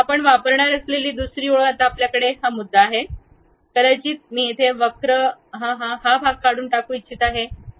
आपण वापरणार असलेली दुसरी ओळ आता आपल्याकडे हा मुद्दा आहे हा मुद्दा आहे कदाचित मी येथे वक्र हा भाग काढून टाकू इच्छित आहे